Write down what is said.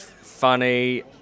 funny